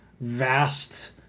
vast